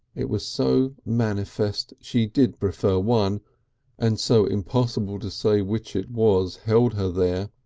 it was so manifest she did prefer one and so impossible to say which it was held her there,